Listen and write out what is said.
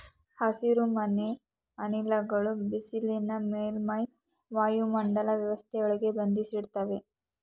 ಹಸಿರುಮನೆ ಅನಿಲಗಳು ಬಿಸಿನ ಮೇಲ್ಮೈ ವಾಯುಮಂಡಲ ವ್ಯವಸ್ಥೆಯೊಳಗೆ ಬಂಧಿಸಿಡ್ತವೆ